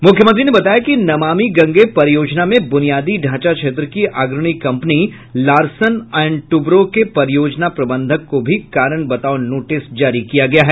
मुख्यमंत्री ने बताया कि नमामि गंगे परियोजना में बुनियादी ढांचा क्षेत्र की अग्रणी कंपनी लार्सन और टुब्रो के परियोजना प्रबंधक को भी कारण बताओ नोटिस जारी किया गया है